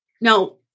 Now